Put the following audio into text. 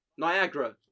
Niagara